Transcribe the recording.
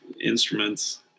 instruments